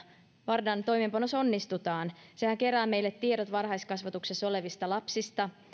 vardan toimeenpanossa onnistutaan sehän kerää meille tiedot varhaiskasvatuksessa olevista lapsista